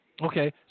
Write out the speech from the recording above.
Okay